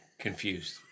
confused